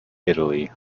italy